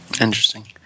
Interesting